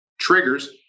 triggers